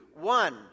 One